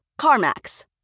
CarMax